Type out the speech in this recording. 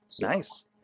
Nice